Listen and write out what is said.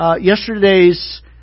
yesterday's